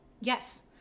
yes